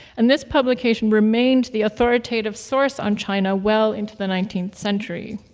and this publication remained the authoritative source on china well into the nineteenth century.